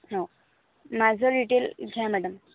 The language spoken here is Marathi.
हो माझं डिटेल घ्या मॅडम